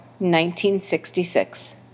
1966